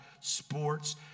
sports